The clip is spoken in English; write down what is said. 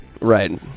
Right